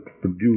produce